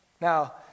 Now